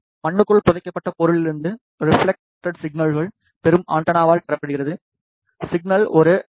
மண்ணுக்குள் புதைக்கப்பட்ட பொருளிலிருந்து ரெப்லேக்டேட் சிக்னல் பெறும் ஆண்டெனாவால் பெறப்படுகிறது சிக்னல் ஒரு எல்